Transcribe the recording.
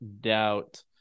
doubt